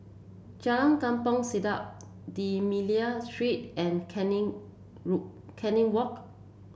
Jalan Kampong Siglap D'Almeida Street and Canning Canning Walk